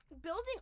Building